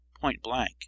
point-blank